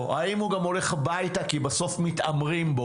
כי הדיון פה הוא מאוד אמוציונלי.